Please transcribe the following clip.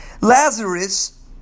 Lazarus